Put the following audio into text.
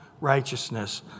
righteousness